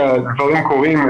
שהדברים קורים.